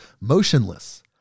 motionless